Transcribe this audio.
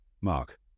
Mark